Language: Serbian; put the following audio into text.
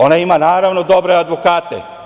Ona ima, naravno, dobre advokate.